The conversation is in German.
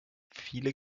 viele